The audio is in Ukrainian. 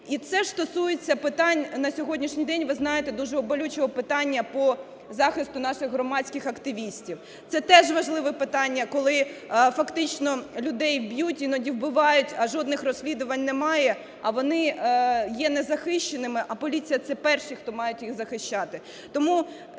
І це ж стосується питань, на сьогоднішній день ви знаєте, дуже болючого питання по захисту наших громадських активістів. Це теж важливе питання, коли фактично людей б'ють, іноді вбивають, а жодних розслідувань немає, а вони є незахищеними, а поліція - це перші, хто мають їх захищати.